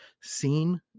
seen